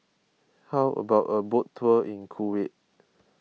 how about a boat tour in Kuwait